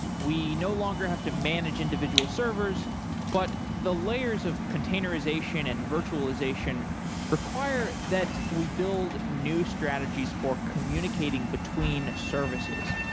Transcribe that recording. we no longer have to manage individual servers but the layers of containerization and virtualization require that we build new strategies for communicating between services.